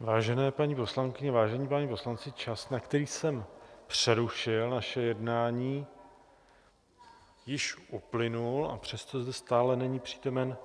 Vážené paní poslankyně, vážení páni poslanci, čas, na který jsem přerušil naše jednání, již uplynul, a přesto zde stále není přítomen